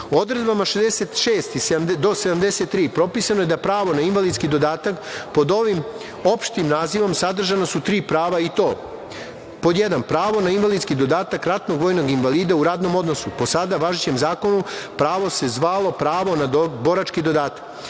66. do 73. propisano je da pravo na invalidski dodatak pod ovim opštim nazivom, sadržana su tri prava i to, pod jedan, pravo na invalidski dodatak ratnog vojnog invalida u radnom odnosu, po sada važećem zakonu, pravo se zvalo pravo na borački dodatak. Pod